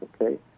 okay